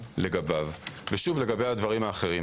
לגבי הדברים האחרים,